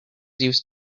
used